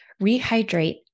rehydrate